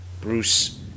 Bruce